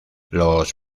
los